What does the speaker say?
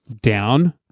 down